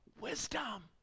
wisdom